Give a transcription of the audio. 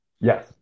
Yes